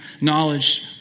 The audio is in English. knowledge